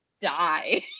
die